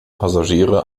passagiere